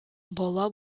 бала